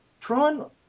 Tron